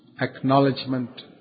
acknowledgement